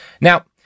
Now